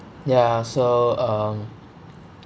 ya so um